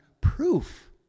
proof